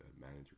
manager